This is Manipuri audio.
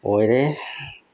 ꯑꯣꯏꯔꯦ